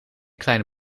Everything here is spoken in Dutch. kleine